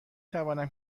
توانم